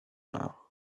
now